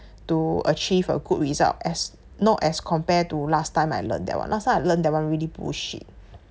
to achieve a good result as not as compare to last time I learned that [one] last time I learned that [one] really bullshit